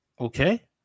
Okay